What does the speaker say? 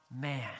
man